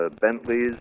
Bentleys